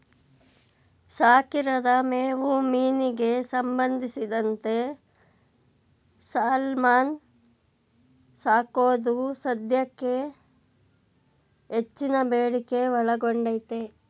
ಸಾಕಿರದ ಮೇವು ಮೀನಿಗೆ ಸಂಬಂಧಿಸಿದಂತೆ ಸಾಲ್ಮನ್ ಸಾಕೋದು ಸದ್ಯಕ್ಕೆ ಹೆಚ್ಚಿನ ಬೇಡಿಕೆ ಒಳಗೊಂಡೈತೆ